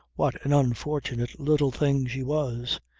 what an unfortunate little thing she was!